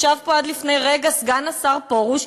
ישב פה עד לפני רגע סגן השר פרוש,